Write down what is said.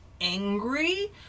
angry